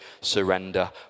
surrender